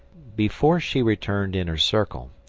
before she returned in her circle,